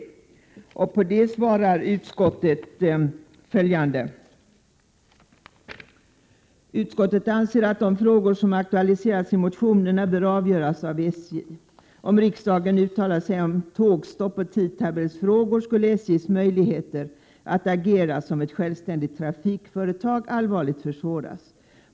På det yrkandet svarar utskottet följande: ”Utskottet anser att de frågor som aktualiserats i motionerna bör avgöras av SJ. Om riksdagen uttalade sig om tågstopp och tidtabellsfrågor skulle SJ:s möjligheter att agera som ett självständigt trafikföretag allvarligt försvåras.